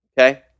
okay